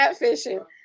catfishing